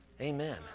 Amen